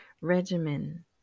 regimen